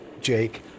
Jake